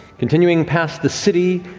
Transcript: continuing past the city,